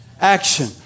action